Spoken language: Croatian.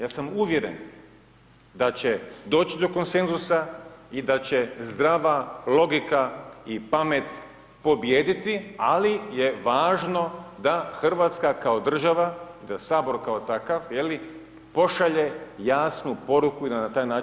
Ja sam uvjeren da će doći do konsenzusa i da će zdrava logika i pamet pobijediti ali je važno da Hrvatska kao država i da Sabor kao takav pošalje jasnu poruku i da na taj način djeluje.